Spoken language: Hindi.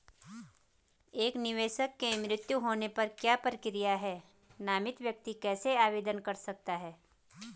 एक निवेशक के मृत्यु होने पर क्या प्रक्रिया है नामित व्यक्ति कैसे आवेदन कर सकता है?